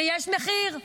ויש מחיר,